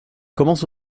commence